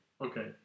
Okay